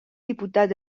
diputat